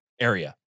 area